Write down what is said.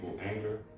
anger